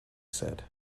said